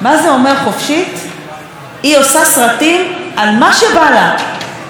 היא עושה סרטים על מה שבא לה, לא שואלת את השרה.